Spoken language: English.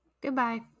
Goodbye